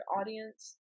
audience